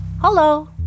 Hello